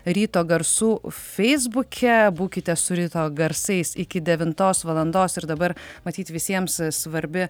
ryto garsų feisbuke būkite su ryto garsais iki devintos valandos ir dabar matyt visiems svarbi